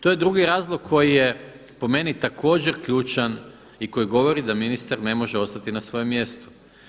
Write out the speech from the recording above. To je drugi razlog koji je po meni također ključan i koji govori da ministar ne može ostati na svojem mjestu.